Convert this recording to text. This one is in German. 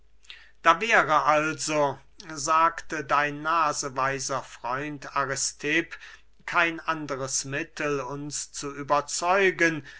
da wäre also sagte dein naseweiser freund aristipp kein andres mittel uns zu überzeugen